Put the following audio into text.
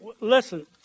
Listen